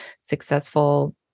successful